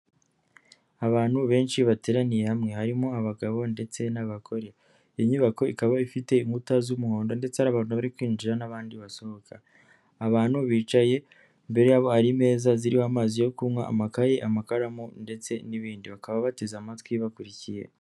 Abantu benshi bateraniye hamwe harimo abagabo ndetse n'abagore, iyi nyubako ikaba ifite inkuta z'umuhondo ndetse hari abantu bari kwinjira n'abandi basohoka, abantu bicaye imbere yabo hari imeza ziriho amazi yo kunywa, amakayi, amakaramu ndetse n'ibindi, bakaba bateze amatwi bakurikiye.